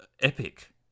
epic